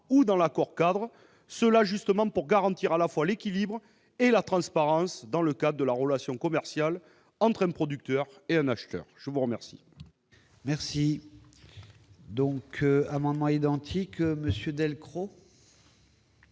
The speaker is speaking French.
ou dans l'accord-cadre, afin de garantir à la fois l'équilibre et la transparence, dans le cadre de la relation commerciale entre un producteur et un acheteur. La parole